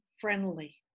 friendly